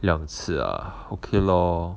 两次 ah okay lor